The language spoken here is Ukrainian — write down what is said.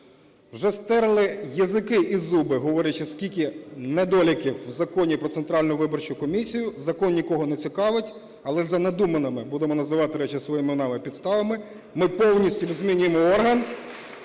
Вже стерли язики і зуби, говорячи, скільки недоліків в Законі "Про Центральну виборчу комісію", закон нікого не цікавить, але за надуманими (будемо називати речі своїми іменами) підставами ми повністю змінюємо орган,